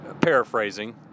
paraphrasing